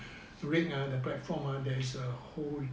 the the platform ah there's a hole